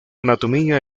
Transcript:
anatomía